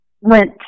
went